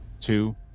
two